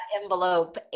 envelope